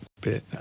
bit